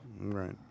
Right